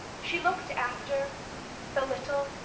she looked after the little,